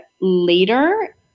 later